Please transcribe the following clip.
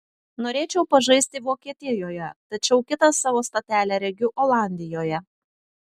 norėčiau pažaisti vokietijoje tačiau kitą savo stotelę regiu olandijoje